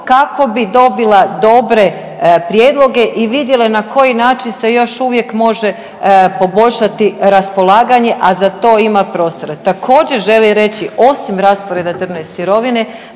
kako bi dobila dobre prijedloge i vidjele na koji način se još uvijek može poboljšati raspolaganje, a za to ima prostora. Također želim reći, osim rasporeda drvne sirovine